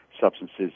substances